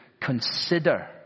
consider